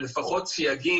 לפחות סייגים